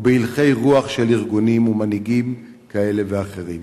ובהלכי רוח של ארגונים ומנהיגים כאלה ואחרים.